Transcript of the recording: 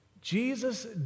Jesus